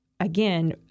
Again